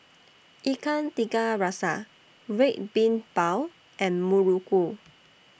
Ikan Tiga Rasa Red Bean Bao and Muruku